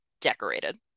decorated